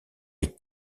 est